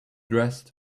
dressed